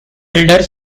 elder